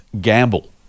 gamble